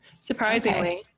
surprisingly